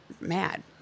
mad